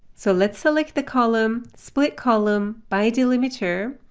so let's select the column split column, by delimiter.